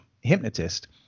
hypnotist